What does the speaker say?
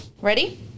Ready